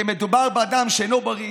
כי מדובר באדם שאינו בריא